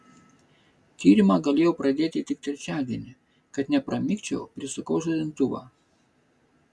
tyrimą galėjau pradėti tik trečiadienį kad nepramigčiau prisukau žadintuvą